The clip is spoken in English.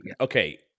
Okay